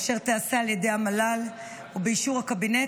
אשר תיעשה על ידי המל"ל ובאישור הקבינט.